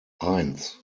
eins